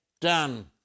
done